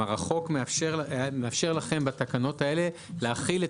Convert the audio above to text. החוק מאפשר לכם בתקנות האלה להחיל את